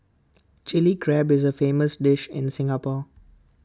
Chilli Crab is A famous dish in Singapore